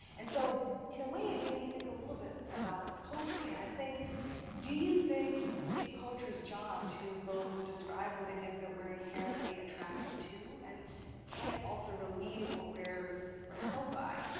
and so in a way it made me think a little bit about poetry. and i think do you think it's poetry's job to both describe what it is that we're inherently attracted to and can it also relieve what we're repelled by?